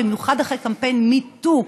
במיוחד אחרי קמפיין MeToo: